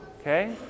Okay